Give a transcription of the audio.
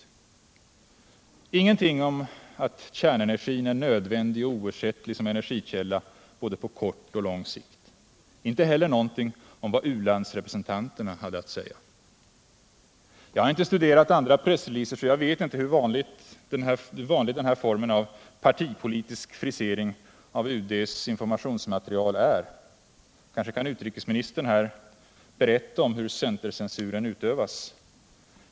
Här finner man ingenting om att kärnenergin är nödvändig och oersättlig som energikälla både på kort och lång sikt, inte heller något om vad u-landsrepresentanterna hade att säga. Jag har inte studerat andra pressreleaser, så jag vet inte hur vanlig den här formen av partipolitisk frisering av UD:s informationsmaterial är. Kanske kan utrikesministern berätta om hur centercensuren utövas?